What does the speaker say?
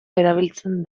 erabiltzen